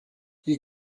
you